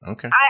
Okay